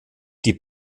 die